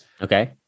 Okay